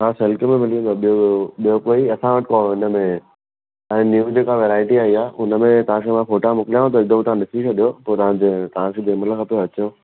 हा सिल्क में मिली वेंदव ॿियो ॿियो कोई असां वटि पोइ हिन में हाणे न्यू जेका वैराइटी आई आहे हुन में मां तव्हांखे फ़ोटा मोकिलियांव थो हिकु दफ़ो तव्हां ॾिसी छॾियो पोइ तव्हांखे तव्हांखे जंहिं महिल खपेव अचो